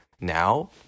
now